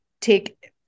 take